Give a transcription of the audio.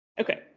Okay